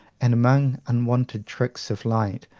and among unwonted tricks of light,